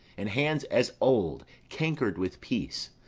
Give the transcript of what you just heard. in hands as old, cank'red with peace,